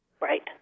Right